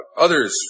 Others